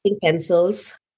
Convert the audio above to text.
Pencils